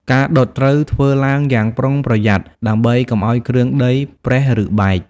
ការដុតត្រូវធ្វើឡើងយ៉ាងប្រុងប្រយ័ត្នដើម្បីកុំឲ្យគ្រឿងដីប្រេះឬបែក។